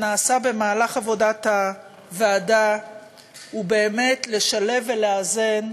שנעשה בעבודת הוועדה הוא באמת לשלב ולאזן,